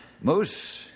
Moose